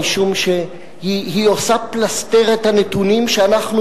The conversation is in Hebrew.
משום שהיא עושה פלסתר את הנתונים שאנחנו